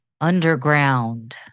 Underground